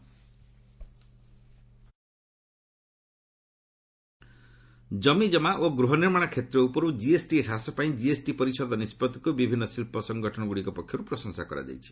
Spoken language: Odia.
ଆଡ୍ କିଏସ୍ଡି ମିଟିଂ ଜମି ଜମା ଓ ଗୃହ ନିର୍ମାଣ କ୍ଷେତ୍ର ଉପରୁ ଜିଏସ୍ଟି ହ୍ରାସ ପାଇଁ ଜିଏସ୍ଟି ପରିଷଦ ନିଷ୍ପଭିକୁ ବିଭିନ୍ନ ଶିଳ୍ପ ସଙ୍ଗଠନଗୁଡ଼ିକ ପକ୍ଷରୁ ପ୍ରଶଂସା କରାଯାଇଛି